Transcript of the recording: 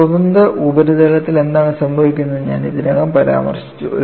ഒരു സ്വതന്ത്ര ഉപരിതലത്തിൽ എന്താണ് സംഭവിക്കുന്നതെന്ന് ഞാൻ ഇതിനകം പരാമർശിച്ചു